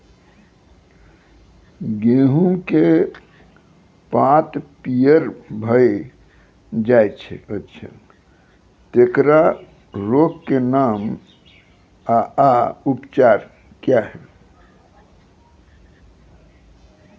गेहूँमक पात पीअर भअ जायत छै, तेकरा रोगऽक नाम आ उपचार क्या है?